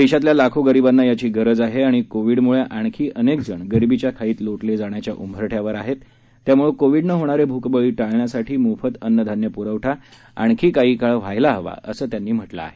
देशातल्या लाखो गरिबांना याची गरज आहे आणि कोव्हीड मुळे आणखी अनेक जण गरिबीच्या खाईत लोटले जाण्याघ्या उंबरठ्यावर आहेत त्यामुळे कोव्हीडनं होणारे भूकबळी टाळण्यासाठी मोफत अन्नधान्य पुरवठा आणखी काही काळ व्हायला हवा असं त्यांनी म्हटलं आहे